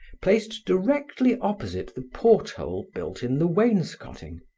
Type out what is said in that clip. placed directly opposite the porthole built in the wainscoting,